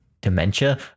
dementia